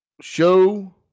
Show